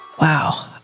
Wow